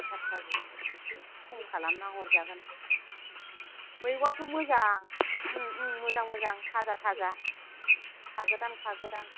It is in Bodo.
फोरखौ एसे खम खालामनान हरजागोन बे मैगंआथ' मोजां उम उम मोजां मोजां थाजा थाजा खागोदान खागोदान